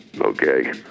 okay